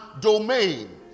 domain